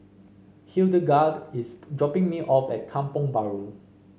Hildegarde is dropping me off at Kampong Bahru